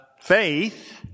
faith